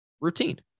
routine